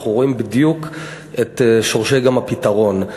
אנחנו רואים בדיוק גם את שורשי הפתרון.